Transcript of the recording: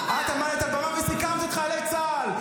-- סיכנת את לוחמי צה"ל,